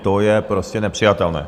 To je prostě nepřijatelné.